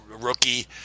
rookie